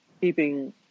keeping